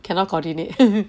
cannot coordinate